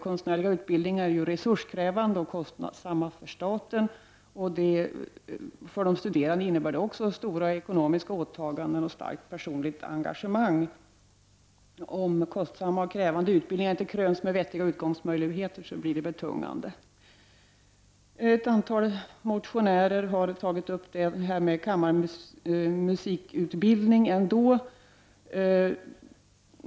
Konstnärliga utbildningar är ju resurskrävande och kostsamma för staten. För de studerande innebär de också stora ekonomiska åtaganden och starkt personligt engagemang. Om kostsamma och krävande utbildningar inte kröns med vettiga utkomstmöjligheter, blir de betungande. Ett antal motionärer har tagit upp frågan om kammarmusikalisk utbildning.